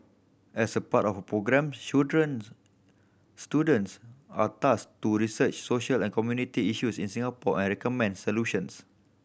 as a part of the programme children students are tasked to research social and community issues in Singapore and recommend solutions